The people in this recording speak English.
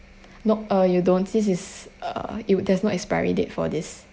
not uh you don't this is uh it would there's no expiry date for this